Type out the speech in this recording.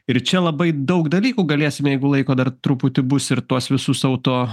ir čia labai daug dalykų galėsime jeigu laiko dar truputį bus ir tuos visus auto